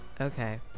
Okay